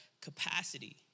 capacity